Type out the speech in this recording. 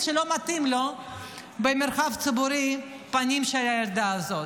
והחליט שלא מתאים לו במרחב הציבורי הפנים של הילדה הזאת.